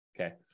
Okay